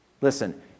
Listen